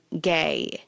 gay